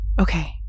Okay